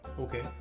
Okay